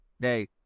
Day